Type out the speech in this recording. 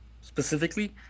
specifically